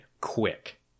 quick